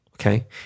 okay